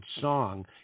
song